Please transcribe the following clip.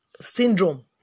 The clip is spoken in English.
syndrome